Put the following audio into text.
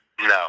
No